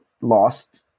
lost